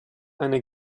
eine